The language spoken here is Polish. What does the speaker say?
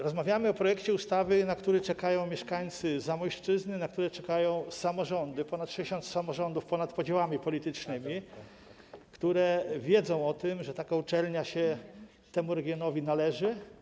Rozmawiamy o projekcie ustawy, na który czekają mieszkańcy Zamojszczyzny, na który czekają samorządy, ponad 60 samorządów ponad podziałami politycznymi, które wiedzą o tym, że taka uczelnia się temu regionowi należy.